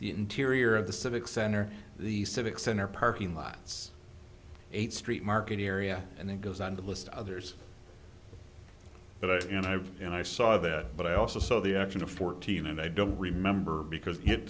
interior of the civic center the civic center parking lots eight street market area and then goes on to list others but i have you know i saw that but i also saw the action of fourteen and i don't remember because it